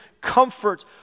comfort